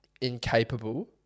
incapable